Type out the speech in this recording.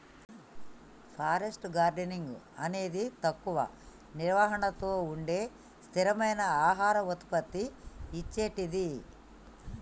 forest gardening అనేది తక్కువ నిర్వహణతో ఉండే స్థిరమైన ఆహార ఉత్పత్తి ఇచ్చేటిది